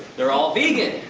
they're all vegan!